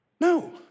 No